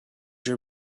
your